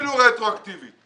אפילו רטרואקטיבית אבל